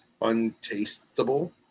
untastable